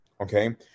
Okay